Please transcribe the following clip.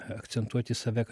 akcentuoti save